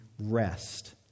Rest